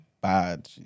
bad